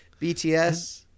BTS